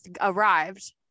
arrived